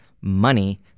money